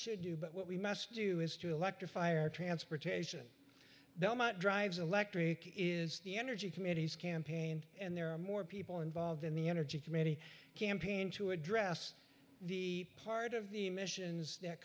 should do but what we must do is to electrify are transportation drives electric is the energy committees campaign and there are more people involved in the energy committee campaign to address the part of the emissions that